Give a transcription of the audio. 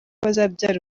bazabyara